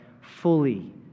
fully